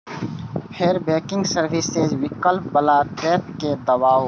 फेर banking services विकल्प बला टैब कें दबाउ